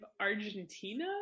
Argentina